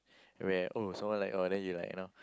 where oh someone like orh then you like you know